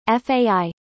FAI